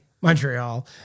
Montreal